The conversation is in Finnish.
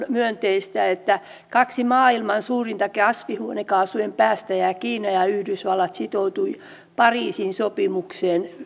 myönteistä että kaksi maailman suurinta kasvihuonekaasujen päästäjää kiina ja yhdysvallat sitoutui pariisin sopimukseen